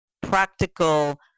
practical